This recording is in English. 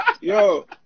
Yo